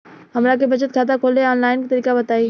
हमरा के बचत खाता खोले के आन लाइन तरीका बताईं?